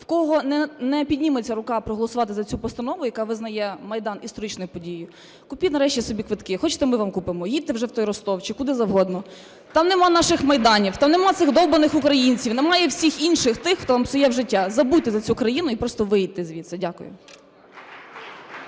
в кого не підніметься рука проголосувати за цю постанову, яка визнає Майдан історичною подією, купіть нарешті собі квитки. Хочете, ми вам купимо, їдьте вже в той Ростов чи куди завгодно. Там немає наших майданів, там немає цих довбаних українців, немає всіх інших тих, хто вам псує життя. Забудьте за цю країну і просто виїдьте звідси. Дякую.